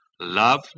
love